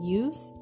use